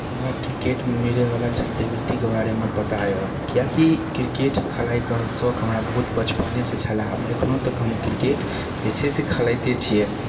हमरा किरकेटमे मिलैवला छात्रवृतिके बारेमे पता अइ किएकि किरकेट खेलैकेसौख हमरा बहुत बचपनेसँ छलै एखनहु तक हम किरकेट जे छै से खेलाइते छिए